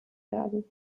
werden